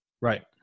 Right